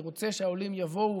אני רוצה שהעולים יבואו,